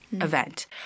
event